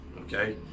okay